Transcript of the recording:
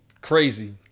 Crazy